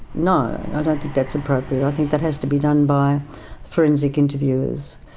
no, i don't think that's appropriate. i think that has to be done by forensic interviewers.